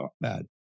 bad